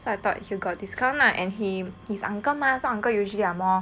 so I thought he got discount lah and he he's uncle mah so usually uncle are more